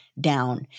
down